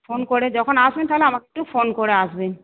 phone করে যখন আসবেন তাহলে আমাকে একটু ফোন করে আসবেন